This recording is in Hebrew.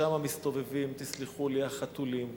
שם מסתובבים, תסלחו לי, החתולים.